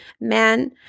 Man